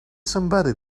somebody